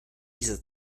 dieser